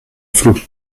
flots